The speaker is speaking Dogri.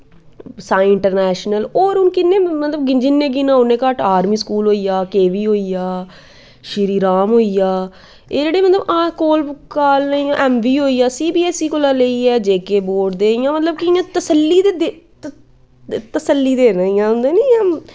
सांईं इंटरनैशनस होर हून किन्ने मतलव जिन्ने गिनां उन्ने घट्ट आर्मी स्कूल होइया के वी होइया श्री राम होइया एह् जेह्ड़े मतलव कोल ऐम बी होइया सी बी ऐस सी कोला लेइयै जे के बोर्ड़ दे इयां मतलव इयां तसल्ली दे तस्ल्ली दे न इयां होंदे नी इयां